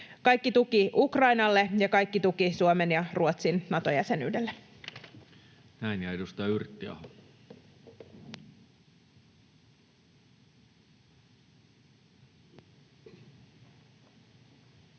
Kaikki tuki Ukrainalle ja kaikki tuki Suomen ja Ruotsin Nato-jäsenyydelle. [Speech 85] Speaker: Toinen